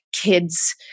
kids